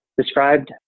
described